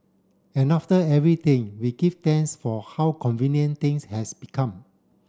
and after everything we give thanks for how convenient things have become